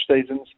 seasons